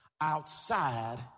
outside